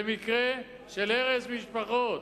זה מקרה של הרס משפחות.